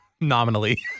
nominally